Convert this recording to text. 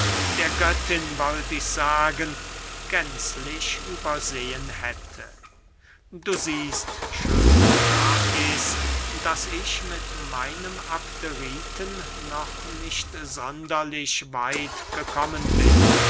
der göttin wollt ich sagen gänzlich übersehen hätte du siehst schöne lais daß ich mit meinem abderiten noch nicht sonderlich weit gekommen bin